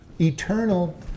eternal